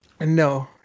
No